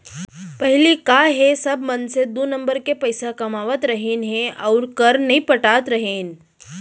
पहिली का हे सब मनसे दू नंबर के पइसा कमावत रहिन हे अउ कर नइ पटात रहिन